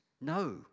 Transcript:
No